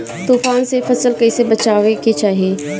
तुफान से फसल के कइसे बचावे के चाहीं?